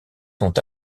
sont